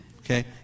Okay